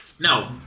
No